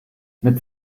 mit